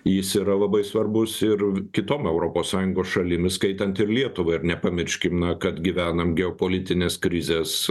jis yra labai svarbus ir kitom europos sąjungos šalim įskaitant ir lietuvą ir nepamirškim kad gyvenam geopolitinės krizės